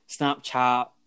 Snapchat